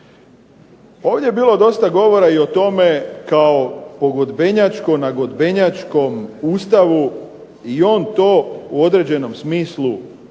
Ovdje je bilo dosta govora i o tome kao pogodbenjačko-nagodbenjačkom Ustavu i on to u određenom smislu je